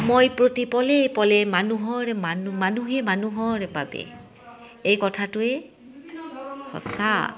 মই প্ৰতি পলে পলে মানুহৰ মানু মানুহে মানুহৰ বাবে এই কথাটোৱেই সঁচা